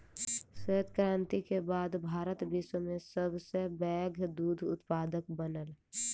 श्वेत क्रांति के बाद भारत विश्व में सब सॅ पैघ दूध उत्पादक बनल